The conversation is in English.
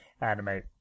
anime